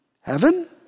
Heaven